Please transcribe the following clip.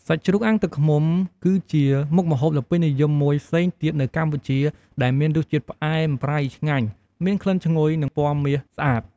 សាច់ជ្រូកអាំងទឹកឃ្មុំ គឺជាមុខម្ហូបដ៏ពេញនិយមមួយផ្សេងទៀតនៅកម្ពុជា ដែលមានរសជាតិផ្អែមប្រៃឆ្ងាញ់ មានក្លិនឈ្ងុយ និងពណ៌មាសស្អាត។